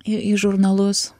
į į žurnalus